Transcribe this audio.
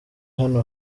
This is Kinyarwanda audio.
hano